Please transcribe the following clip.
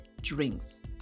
drinks